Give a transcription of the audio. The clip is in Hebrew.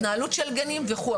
בהתנהלות של גנים וכולי.